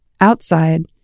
Outside